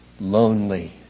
Lonely